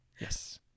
Yes